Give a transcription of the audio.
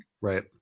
right